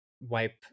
wipe